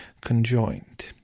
conjoined